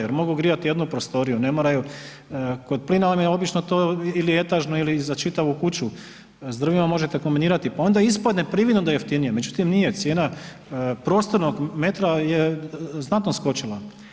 Jer mogu grijati jednu prostoriju, ne moraju, kod plina vam je obično to ili etažno ili za čitavu kuću, s drvima možete kombinirati pa onda ispadne prividno da je jeftinije, međutim nije cijena prostornog metra je znatno skočila.